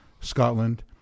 Scotland